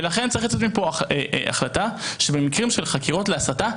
ולכן צריך ומצפים פה להחלטה שבמקרים של חקירות להסתה,